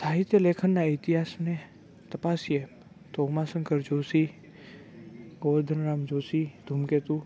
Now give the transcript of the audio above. સાહિત્ય લેખનના ઇતિહાસને તપાસીએ તો ઉમાશંકર જોશી ગોવર્ધનરામ જોશી ધૂમકેતુ